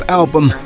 album